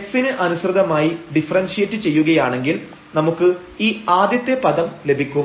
x ന് അനുസൃതമായി differentiate ചെയ്യുകയാണെങ്കിൽ നമുക്ക് ഈ ആദ്യത്തെ പദം ലഭിക്കും